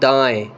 दाएँ